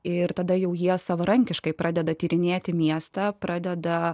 ir tada jau jie savarankiškai pradeda tyrinėti miestą pradeda